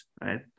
right